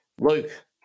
Luke